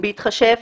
בהתחשב,